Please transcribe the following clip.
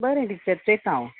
बरें टिचर चेता हांव